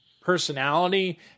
personality